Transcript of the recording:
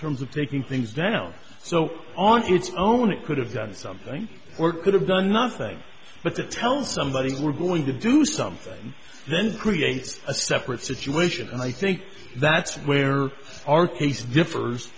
terms of taking things down so on its own it could have done something or could have done nothing but to tell somebody if we're going to do something then creates a separate situation and i think that's where our case differs